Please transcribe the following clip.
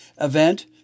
event